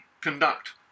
conduct